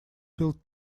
field